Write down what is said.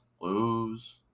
Lose